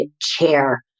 chair